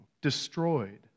Destroyed